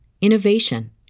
innovation